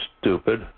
stupid